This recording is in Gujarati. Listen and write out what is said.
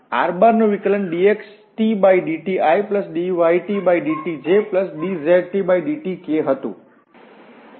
r નું વિકલન dxtdtidytdtjdztdtk હતું